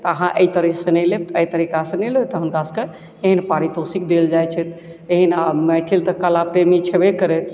तऽ अहाँ एहि तरहसँ नहि लेब तऽ एहि तरीकासँ नहि लेब तऽ हुनकासभके एहन पारितोषिक देल जाइत छै एहिना मैथिल तऽ कलाप्रेमी छेबे करथि